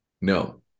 No